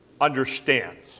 understands